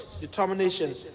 determination